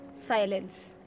silence